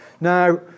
Now